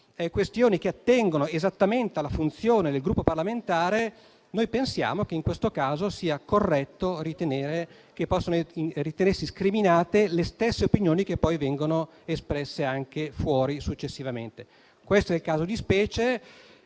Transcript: questioni che attengono esattamente alla funzione del Gruppo parlamentare, pensiamo che in questo caso sia corretto ritenere che possano ritenersi scriminate le stesse opinioni che poi vengono espresse anche fuori successivamente. Questo è il caso di specie